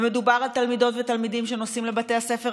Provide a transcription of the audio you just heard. ומדובר על תלמידות ותלמידים שנוסעים לבתי הספר,